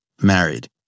married